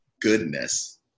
goodness